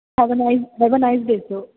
have a nice have a nice day sir